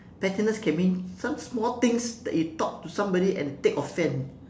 pettiness can mean some small things that you talk to somebody and take offend